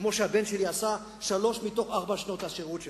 כמו שהבן שלי עשה שלוש מתוך ארבע שנות השירות שלו.